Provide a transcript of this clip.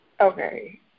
okay